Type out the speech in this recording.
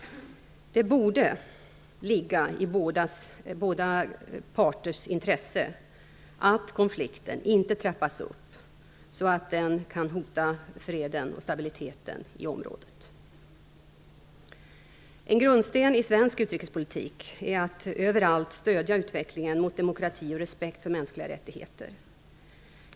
Det borde ligga i båda parters intresse att konflikten inte trappas upp så att den kan hota freden och stabiliteten i området. En grundsten i svensk utrikespolitik är att överallt stödja utveckling mot demokrati och respekt för mänskliga rättigheter.